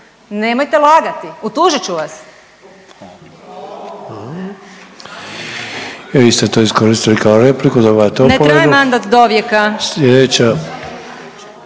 Nemojte lagati utužit vas.